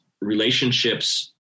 relationships